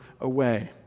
away